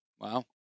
Wow